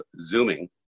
Zooming